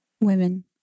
Women